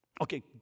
Okay